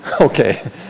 Okay